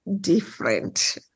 different